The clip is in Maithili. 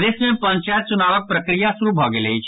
प्रदेश मे पंचायत चुनावक प्रक्रिया शुरू भऽ गेल अछि